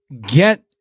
get